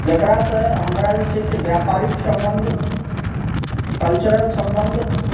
जकरासँ हमरा जे छै से व्यापारिक सम्बन्ध कल्चरल सम्बन्ध